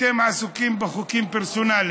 אתם עסוקים בחוקים פרסונליים,